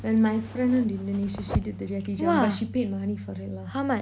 when my friend went to indonesia she did the jetty jump but she paid money for it lah